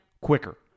quicker